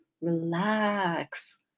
relax